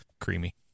creamy